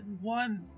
one